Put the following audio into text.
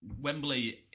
Wembley